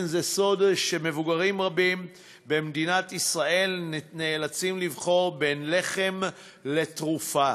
זה לא סוד שמבוגרים רבים במדינת ישראל נאלצים לבחור בין לחם לתרופה,